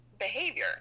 behavior